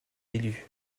élus